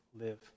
live